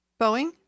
Boeing